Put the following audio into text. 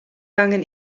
angen